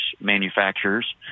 manufacturers